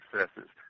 successes